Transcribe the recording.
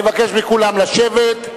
אני מבקש מכולם לשבת.